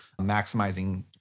maximizing